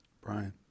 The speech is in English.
Brian